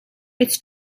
its